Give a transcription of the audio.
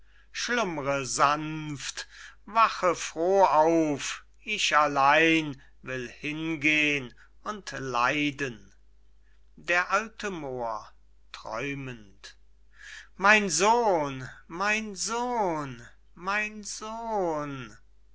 schlumm're sanft wache froh auf ich allein will hingeh'n und leiden d a moor träumend mein sohn mein sohn mein sohn